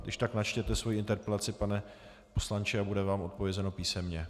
Když tak načtěte svoji interpelaci, pane poslanče, a bude vám odpovězeno písemně.